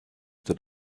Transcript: that